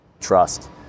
trust